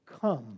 come